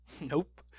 Nope